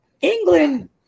England